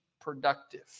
productive